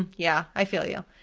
yeah, i feel you.